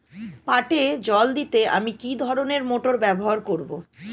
পাটে জল দিতে আমি কি ধরনের মোটর ব্যবহার করব?